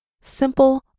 simple